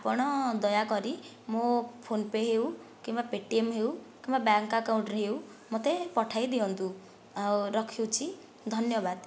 ଆପଣ ଦୟାକରି ମୋ ଫୋନ ପେ' ହେଉ କିମ୍ବା ପେଟିଏମ ହେଉ କିମ୍ବା ବ୍ୟାଙ୍କ ଏକାଉଣ୍ଟ୍ ରେ ହେଉ ମୋତେ ପଠାଇ ଦିଅନ୍ତୁ ଆଉ ରଖୁଛି ଧନ୍ୟବାଦ